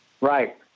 right